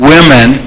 women